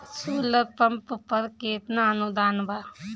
Solar pump पर केतना अनुदान बा?